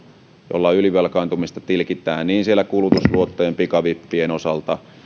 jolla ylivelkaantumista tilkitään niin kulutusluottojen kuin pikavippien osalta